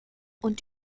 und